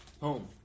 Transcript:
Home